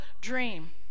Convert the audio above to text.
dream